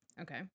Okay